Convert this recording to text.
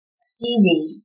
Stevie